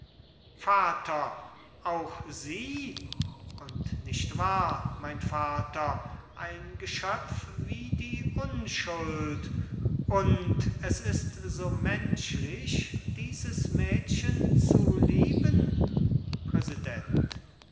vater auch sie und nicht wahr mein vater ein geschöpf wie die unschuld und es ist so menschlich dieses mädchen zu lieben präsident